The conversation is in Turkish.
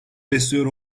besliyor